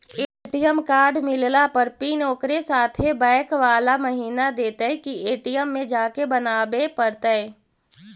ATM card मिलला पर pin ओकरे साथे बैक बाला महिना देतै कि ए.टी.एम में जाके बना बे पड़तै?